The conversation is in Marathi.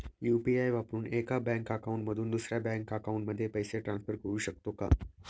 यु.पी.आय वापरून एका बँक अकाउंट मधून दुसऱ्या बँक अकाउंटमध्ये पैसे ट्रान्सफर करू शकतो का?